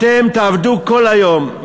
אתם תעבדו כל היום,